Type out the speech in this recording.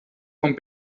von